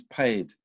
paid